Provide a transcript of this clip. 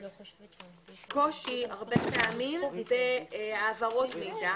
קושי הרבה פעמים בהעברות מידע.